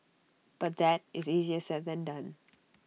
but that is easier said than done